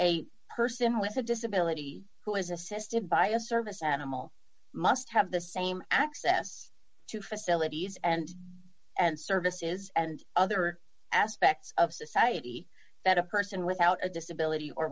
a person with a disability who is assisted by a service animal must have the same access to facilities and and service is and other aspects of society that a person without a disability or